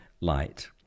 light